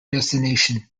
destination